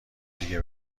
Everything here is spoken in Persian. دیگه